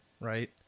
right